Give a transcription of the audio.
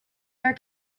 their